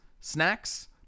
snacks